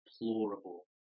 deplorable